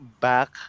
back